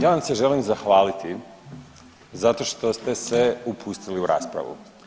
Ja vam se želim zahvaliti zato što ste se upustili u raspravu.